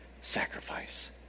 sacrifice